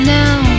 now